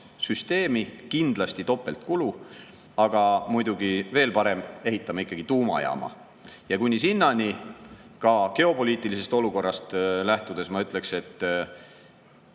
süsteemi? Kindlasti on see topeltkulu. Aga muidugi veel parem, ehitame ikkagi tuumajaama. Ja kuni sinnani, ka geopoliitilisest olukorrast lähtudes ma ütleks, et